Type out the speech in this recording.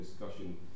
discussion